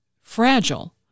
fragile